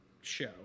show